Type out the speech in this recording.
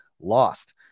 lost